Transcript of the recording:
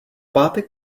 pátek